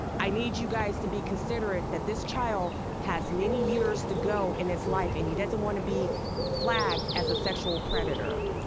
i need you guys to be considerate that this child has many years to go in his life and he doesn't wanna be flagged as a sexual predator.